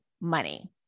money